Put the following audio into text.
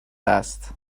است